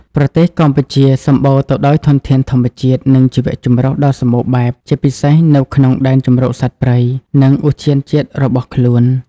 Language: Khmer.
ប្រទេសកម្ពុជាសម្បូរទៅដោយធនធានធម្មជាតិ និងជីវៈចម្រុះដ៏សម្បូរបែប ជាពិសេសនៅក្នុងដែនជម្រកសត្វព្រៃ និងឧទ្យានជាតិរបស់ខ្លួន។